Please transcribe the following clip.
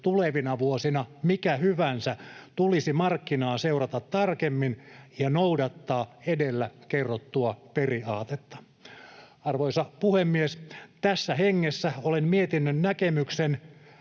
tulevina vuosina mikä hyvänsä, tulisi markkinaa seurata tarkemmin ja noudattaa edellä kerrottua periaatetta. Arvoisa puhemies! Tässä hengessä olen mietinnön näkemyksen